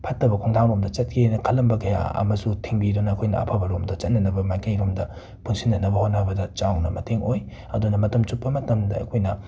ꯐꯠꯇꯕ ꯈꯣꯡꯊꯥꯡꯂꯣꯝꯗ ꯆꯠꯀꯦꯅ ꯈꯜꯂꯝꯕ ꯀꯌꯥ ꯑꯃꯁꯨ ꯊꯤꯡꯕꯤꯗꯨꯅ ꯑꯩꯈꯣꯏꯅ ꯑꯐꯕꯔꯣꯝꯗ ꯆꯠꯅꯅꯕ ꯃꯥꯏꯀꯩꯔꯣꯝꯗ ꯄꯨꯟꯁꯤꯟꯅꯅꯕ ꯍꯣꯠꯅꯕꯗ ꯆꯥꯎꯅ ꯃꯇꯦꯡ ꯑꯣꯏ ꯑꯗꯨꯅ ꯃꯇꯝ ꯆꯨꯞꯄ ꯃꯇꯝꯗ ꯑꯩꯈꯣꯏꯅ